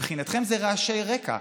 מבחינתכם אלה רעשי רקע.